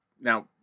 Now